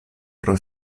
pro